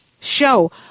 show